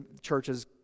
churches